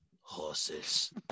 horses